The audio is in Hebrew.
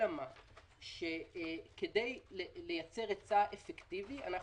אלא שכדי לייצר היצע אפקטיבי אנחנו